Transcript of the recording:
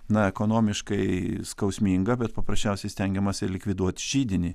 na ekonomiškai skausminga bet paprasčiausiai stengiamasi likviduot židinį